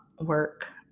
work